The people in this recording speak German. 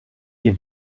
ihr